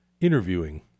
interviewing